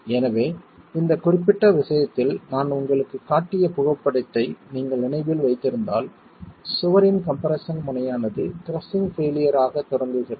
எனவே இந்த குறிப்பிட்ட விஷயத்தில் நான் உங்களுக்குக் காட்டிய புகைப்படத்தை நீங்கள் நினைவில் வைத்திருந்தால் சுவரின் கம்ப்ரெஸ்ஸன் முனையானது கிரஸ்ஸிங் பெயிலியர் ஆகத் தொடங்குகிறது